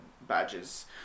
badges